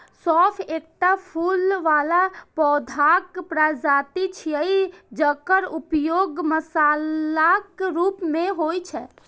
सौंफ एकटा फूल बला पौधाक प्रजाति छियै, जकर उपयोग मसालाक रूप मे होइ छै